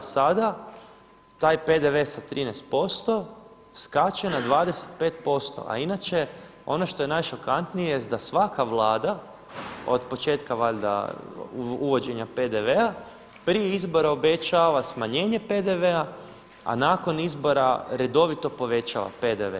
Sada taj PDV sa 13% skače na 25%, a inače ono što je najšokantnije jest da svaka Vlada od početka valjda uvođenja PDV-a prije izbora obećava smanjenje PDV-a a nakon izbora redovito povećava PDV.